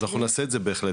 אז אנחנו נעשה את זה בהחלט,